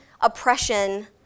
oppression